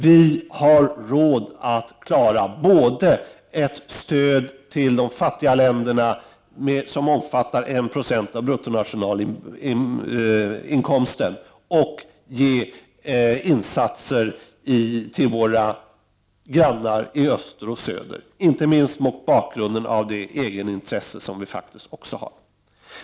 Vi har råd att klara både 1 96 av bruttonationalinkomsten som stöd till de fattigaste länderna och insatser till våra grannar i öster och söder, inte minst mot bakgrund av det egenintresse som vi faktiskt har.